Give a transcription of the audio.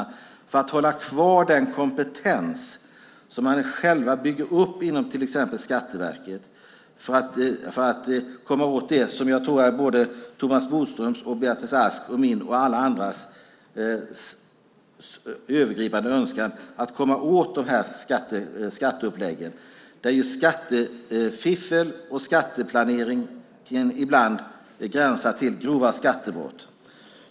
Finns det något annat sätt att hålla kvar den kompetens som man själv bygger upp inom till exempel Skatteverket för att komma åt det som jag tror är Thomas Bodströms, Beatrice Asks, min och alla andras övergripande önskan, nämligen att komma åt de här skatteuppläggen? Skattefiffel och skatteplanering gränsar ibland till grova skattebrott.